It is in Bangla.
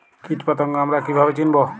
কীটপতঙ্গ আমরা কীভাবে চিনব?